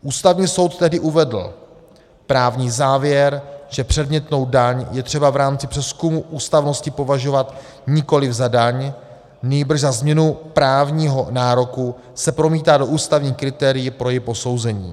Ústavní soud tehdy uvedl: právní závěr, že předmětnou daň je třeba v rámci přezkumu ústavnosti považovat nikoliv za daň, nýbrž za změnu právního nároku, se promítá do ústavních kritérií pro její posouzení.